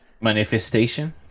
Manifestation